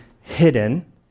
hidden